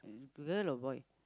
girl or boy